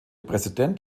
präsident